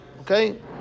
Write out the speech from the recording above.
Okay